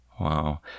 Wow